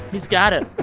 he's got it.